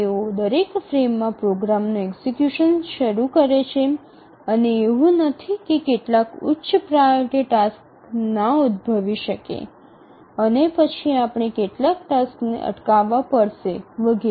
તેઓ દરેક ફ્રેમમાં પ્રોગ્રામનું એક્ઝિકયુશન શરૂ કરે છે અને એવું નથી કે કેટલાક ઉચ્ચ પ્રાઓરિટી ટાસ્ક ના ઉદ્ભવી શકે અને પછી આપણે કેટલાક ટાસક્સને અટકાવવા પડશે વગેરે